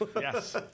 Yes